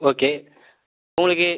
okay உங்களுக்கு